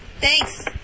Thanks